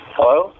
Hello